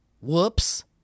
Whoops